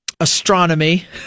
Astronomy